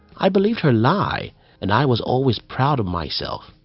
i believed her lie and i was always proud of myself.